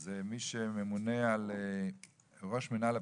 זה מי שממונה על ראש מנהל הבטיחות,